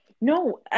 No